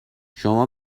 شما